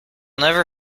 never